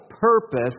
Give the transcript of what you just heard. purpose